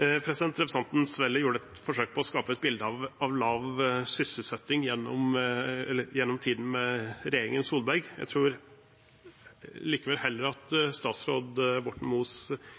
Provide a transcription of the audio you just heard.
Representanten Svelle gjorde et forsøk på å skape et bilde av lav sysselsetting gjennom tiden med regjeringen Solberg. Jeg tror likevel heller at statsråd Borten